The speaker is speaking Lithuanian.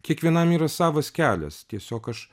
kiekvienam yra savas kelias tiesiog aš